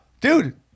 Dude